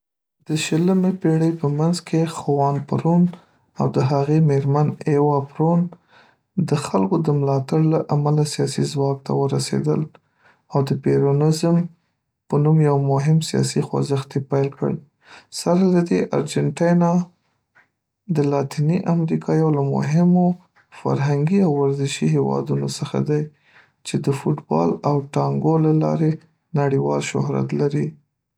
د شلمې پېړۍ په منځ کې، خوان پرون او د هغه مېرمن اېوا پرون د خلکو د ملاتړ له امله سیاسي ځواک ته ورسېدل، او د پیرونیزم په نوم یو مهم سیاسي خوځښت یې پیل کړ سره له دې، ارجنټینا د لاتیني امریکا یو له مهمو فرهنګي او ورزشي هېوادونو څخه دی، چې د فوټبال او تانګو له لارې نړیوال شهرت لري.